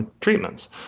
treatments